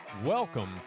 Welcome